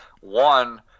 One